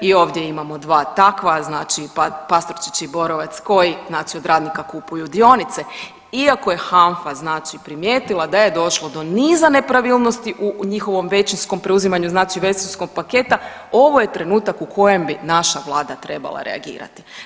I ovdje imamo 2 takva, znači Pastorčić i Borovac koji znači od radnika kupuju dionice iako je HANFA primijetila da je došlo do niza nepravilnosti u njihovom većinskom preuzimanju, znači većinskog paketa, ovo je trenutak u kojem bi naša vlada trebala reagirati.